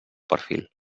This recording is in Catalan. perfil